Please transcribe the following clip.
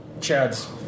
Chad's